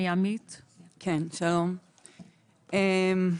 שלום, טוב,